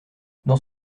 dans